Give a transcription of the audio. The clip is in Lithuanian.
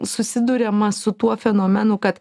susiduriama su tuo fenomenu kad